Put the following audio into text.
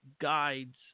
guides